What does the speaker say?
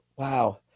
Wow